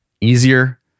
easier